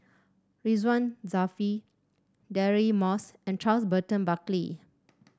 Ridzwan Dzafir Deirdre Moss and Charles Burton Buckley